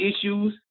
issues